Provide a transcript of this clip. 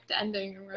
ending